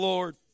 Lord